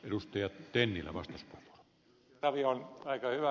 ravi on aika hyvä nappaamaan